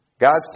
God's